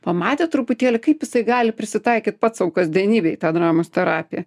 pamatė truputėlį kaip jisai gali prisitaikyt pats sau kasdienybėj tą dramos terapiją